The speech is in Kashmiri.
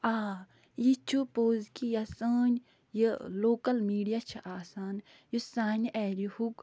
آ یہِ چھُ پوٚز کہِ یۄس سٲنۍ یہِ لوکَل میٖڈِیا چھِ آسان یُس سانہِ ایریِہُک